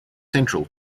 central